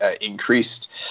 increased